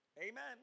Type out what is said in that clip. Amen